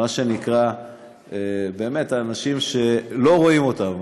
מה שנקרא באמת האנשים שלא רואים אותם,